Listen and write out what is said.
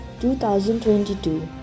2022